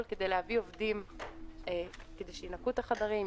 כדי להביא עובדים שינקו את החדרים.